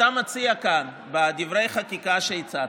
אתה מציע כאן, בדברי החקיקה שהצעת,